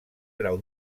grau